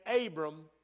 Abram